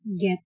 get